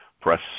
press